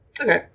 Okay